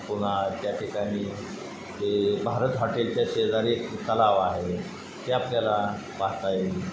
पुन्हा त्या ठिकाणी ते भारत हॉटेलच्या शेजारी एक तलाव आहे ते आपल्याला पाहता येईल